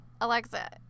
Alexa